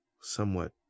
somewhat